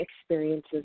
experiences